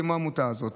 כמו העמותה הזו.